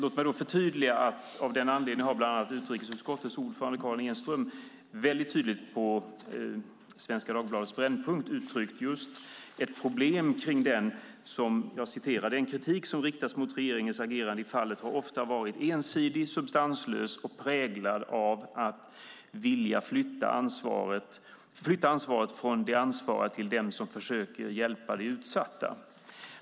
Låt mig då förtydliga att av den anledningen har bland andra utrikesutskottets ordförande Karin Enström väldigt tydligt på Svenska Dagbladets Brännpunkt uttryckt ett problem: "Den kritik som riktas mot regeringens agerande i fallet har ofta varit ensidig, substanslös och präglad av att vilja flytta ansvaret från de ansvariga till dem som försöker hjälpa de utsatta."